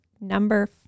number